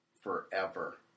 forever